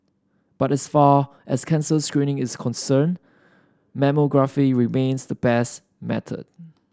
but as far as cancer screening is concerned mammography remains the best method